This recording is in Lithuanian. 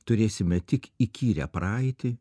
turėsime tik įkyrią praeitį